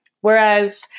Whereas